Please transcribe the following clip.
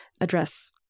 address